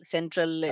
Central